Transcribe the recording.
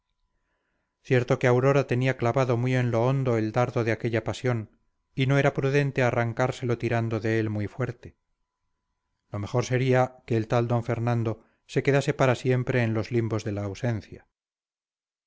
cierto que aurora tenía clavado muy en lo hondo el dardo de aquella pasión y no era prudente arrancárselo tirando de él muy fuerte lo mejor sería que el tal d fernando se quedase para siempre en los limbos de la ausencia